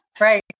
Right